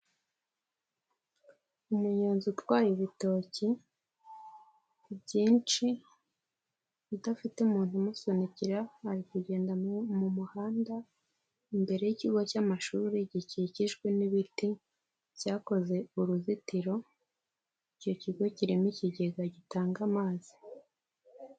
Umunyonzi utwaye ibitoki byinshi udafite umuntu umusunikira ari kugenda mu muhanda imbere y'ikigo cy'amashuri gikikijwe n'ibiti byakoze uruzitiro icyo kigo kirimo ikigega gitanga amazi.